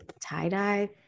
Tie-dye